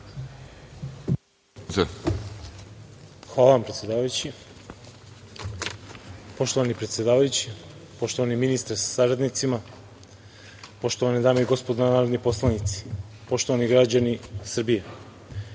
Hvala vam, predsedavajući. Poštovani predsedavajući, poštovani ministre sa saradnicima, poštovane dame i gospodo narodni poslanici, poštovani građani Srbije,